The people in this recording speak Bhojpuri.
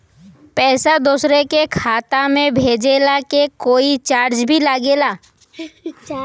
पैसा दोसरा के खाता मे भेजला के कोई चार्ज भी लागेला?